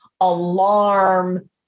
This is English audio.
alarm